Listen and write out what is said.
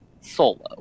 solo